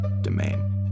domain